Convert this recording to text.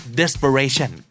desperation